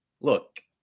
look